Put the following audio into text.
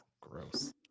Gross